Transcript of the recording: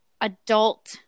adult